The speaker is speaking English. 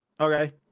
okay